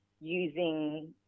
using